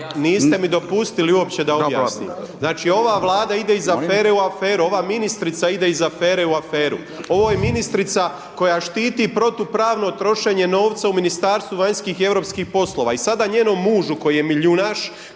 Niste mi dopustili uopće da objasnim, znači ova vlada ide iz afere u aferu, ova ministrica ide iz afere u aferu. Ovo je ministrica koja štit protupravno trošenje novca u Ministarstvu vanjskih i europskih poslova i sada njenom mužu, koji je milijunaš,